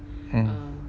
hmm